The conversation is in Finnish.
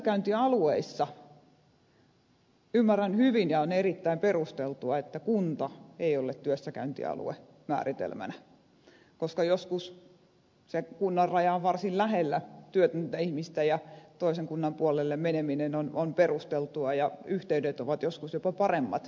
työssäkäyntialueiden osalta ymmärrän hyvin ja on erittäin perusteltua että kunta ei ole työssäkäyntialue määritelmänä koska joskus se kunnan raja on varsin lähellä työtöntä ihmistä ja toisen kunnan puolelle meneminen on perusteltua ja yhteydet ovat joskus jopa paremmat naapurikunnan puolelle